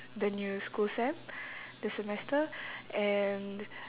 the new school sem the semester and